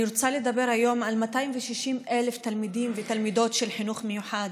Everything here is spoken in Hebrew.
אני רוצה לדבר היום על 260,000 תלמידים ותלמידות של חינוך מיוחד,